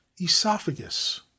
esophagus